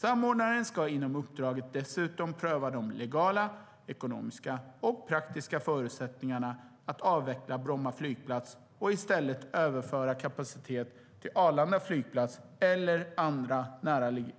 Samordnaren ska inom uppdraget dessutom pröva de legala, ekonomiska och praktiska förutsättningarna att avveckla Bromma flygplats och i stället överföra kapacitet till Arlanda flygplats eller andra